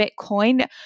Bitcoin